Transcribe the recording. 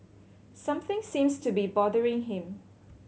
something seems to be bothering him